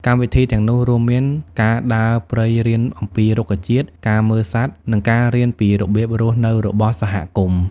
កម្មវិធីទាំងនោះរួមមានការដើរព្រៃរៀនអំពីរុក្ខជាតិ ការមើលសត្វ និងការរៀនពីរបៀបរស់នៅរបស់សហគមន៍។